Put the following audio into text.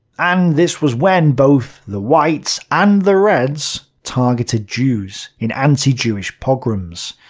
and this was when both the whites and the reds targeted jews, in anti-jewish pogroms.